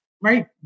right